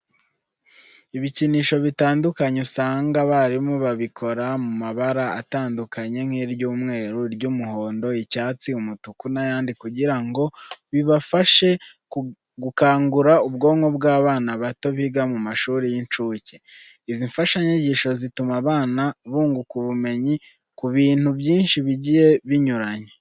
Ibikinisho bitandukanye usanga abarimu babikora mu mabara atandukanye nk'iry'umweru, iry'umuhondo, icyatsi, umutuku n'ayandi kugira ngo bibafashe gukangura ubwonko bw'abana bato biga mu mashuri y'incuke. Izi mfashanyigisho zituma abana bunguka ubumenyi ku bintu byinshi bigiye binyuranye.